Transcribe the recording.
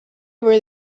over